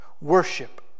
worship